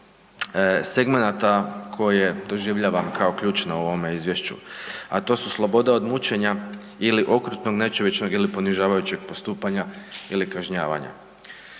segmenata koje doživljavam kao ključne u ovome izvješću, a to su sloboda od mučenja ili okrutnog nečovječnog ili ponižavajućeg postupanja ili kažnjavanja.